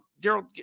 Daryl